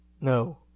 no